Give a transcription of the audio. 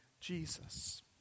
Jesus